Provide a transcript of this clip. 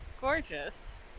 gorgeous